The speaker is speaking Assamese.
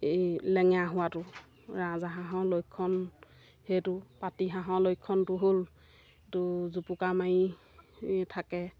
এই লেঙেৰা হোৱাটো ৰাজহাঁহৰ লক্ষণ সেইটো পাতিহাঁহৰ লক্ষণটো হ'ল তো জোপোকা মাৰি থাকে